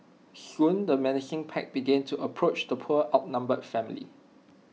soon the menacing pack began to approach the poor outnumbered family